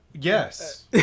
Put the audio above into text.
Yes